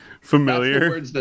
familiar